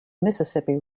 mississippi